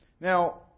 Now